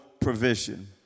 provision